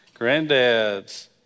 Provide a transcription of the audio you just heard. Granddads